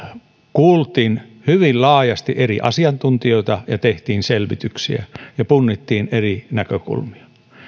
kuultiin hyvin laajasti eri asiantuntijoita ja tehtiin selvityksiä ja punnittiin eri näkökulmia